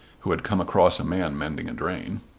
who had come across a man mending a drain.